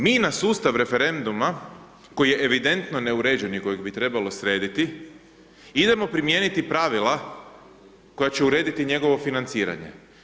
Mi na sustav referenduma, koji je evidentno neuređen i kojeg bi trebalo srediti, idemo primijeniti pravila koje će urediti njegovo financiranje.